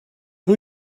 who